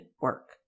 work